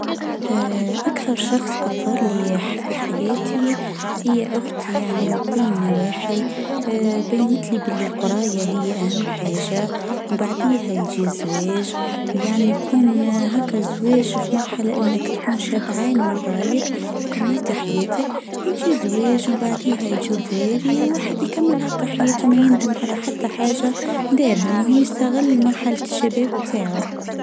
أكثر شخص أثر لي في حياتي. هي اختي يعني من كل النواحي بينت لي بالقرايه هي أهم حاجه وبعديها يجي الزواج يعني يكون هكا الزواج في مرحله إنك تكون شبعان من رايج وكملت حياتك يجي الزواج وبعديها يجي زيري واحد يكمل هكا حياته ما يندم علي حتي حاجه دارها المهم أستغل مرحه الشباب تاعه.